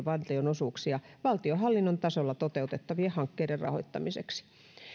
valtionosuuksia valtionhallinnon tasolla toteutettavien hankkeiden rahoittamiseksi